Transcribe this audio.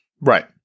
Right